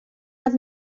not